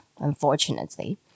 unfortunately